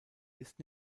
ist